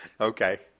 Okay